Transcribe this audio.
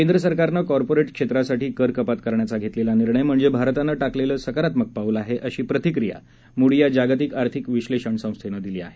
केंद्र सरकारनं कॉर्पोरेट क्षेत्रासाठी कर कपात करण्याचा घेतलेला कमी करण्याचा निर्णय म्हणजे भारतानं टाकलेलं सकारात्मक पाऊल आहे अशी प्रतिक्रिया मुडी या जागतीक आर्थिक विस्तेषण संस्थेनं दिली आहे